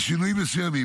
בשינויים מסוימים,